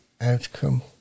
outcome